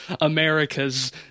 America's